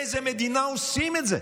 באיזו מדינה עושים את זה?